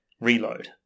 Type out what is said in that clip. Reload